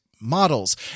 models